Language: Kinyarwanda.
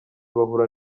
bahura